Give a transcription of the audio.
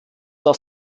aus